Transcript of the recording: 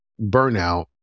burnout